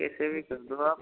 कैसे भी कर दो आप